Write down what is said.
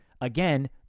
again